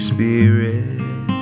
Spirit